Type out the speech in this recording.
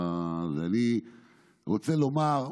אני רוצה לומר,